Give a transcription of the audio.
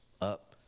up